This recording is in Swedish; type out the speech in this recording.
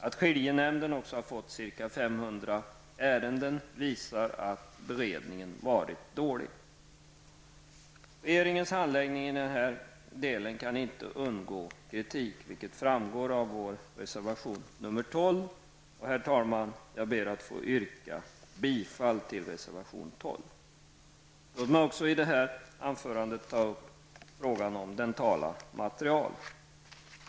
Att skiljenämnden också har fått ca 500 ärenden visar att beredningen varit dålig. Regeringens handläggning av detta ärende kan inte undgå kritik, vilket framgår av vår reservation nr 12, som jag ber att få yrka bifall till. Låt mig också i detta anförande ta upp frågan om dentala material.